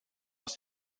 aus